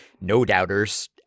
no-doubters